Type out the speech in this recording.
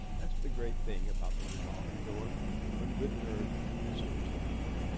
that's the great thing about the revolving door one good turn deserves another.